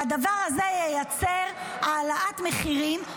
והדבר הזה ייצר העלאת מחירים,